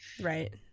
Right